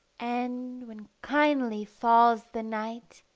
and when kindly falls the night,